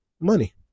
Money